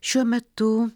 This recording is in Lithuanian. šiuo metu